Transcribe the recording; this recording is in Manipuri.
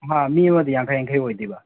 ꯃꯤ ꯑꯃꯗ ꯌꯥꯡꯈꯩ ꯌꯥꯡꯈꯩ ꯑꯣꯏꯗꯣꯏꯕ